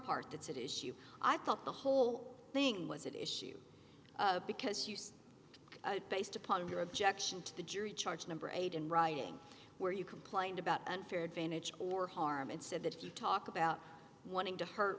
part it's an issue i thought the whole thing was an issue because you say based upon your objection to the jury charge number eight in writing where you complained about unfair advantage or harm and said that he talked about wanting to hurt